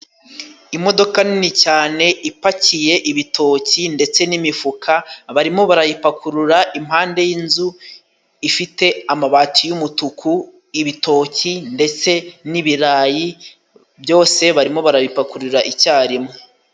Imodoka nini cyane ipakiye ibitoki ndetse n'imifuka, barimo barayipakurura impande y'inzu ifite amabati yumutuku. Ibitoki ndetse n'ibirayi byose barimo barabipakururira icyarimwe.